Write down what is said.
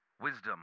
Wisdom